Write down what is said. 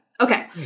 Okay